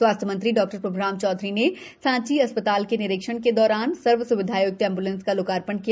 स्वास्थ्य मंत्री डॉ प्रभ्राम चौधरी ने सॉची चिकित्सालय के निरीक्षण के दौरान सर्वसुविधायक्त एम्बुलेंस का लोकार्पण किया